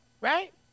Right